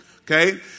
Okay